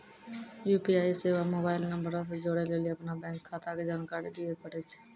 UPI सेबा mobile नंबरो से जोड़ै लेली अपनो बैंक खाता के जानकारी दिये पड़ै छै